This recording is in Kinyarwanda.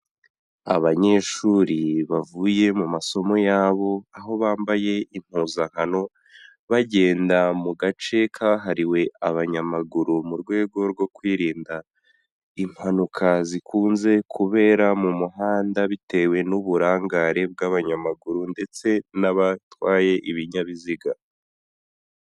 Abanyeshuri bavuye mu masomo yabo aho bambaye impuzankano bagenda mu gace kahariwe abanyamaguru mu rwego rwo kwirinda impanuka zikunze kubera mu muhanda bitewe n'uburangare bw'abanyamaguru ndetse n'abatwaye ibinyabiziga.